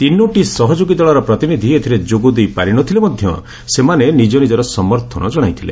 ତିନୋଟି ସହଯୋଗୀ ଦଳର ପ୍ରତିନିଧି ଏଥିରେ ଯୋଗଦେଇପାରିନଥିଲେ ମଧ୍ୟ ସେମାନେ ନିଜନିଜର ସମର୍ଥନ ଜଣାଇଥିଲେ